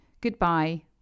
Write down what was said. Goodbye